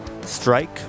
strike